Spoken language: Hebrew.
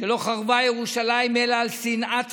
שלא חרבה ירושלים אלא על שנאת חינם.